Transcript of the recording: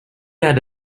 had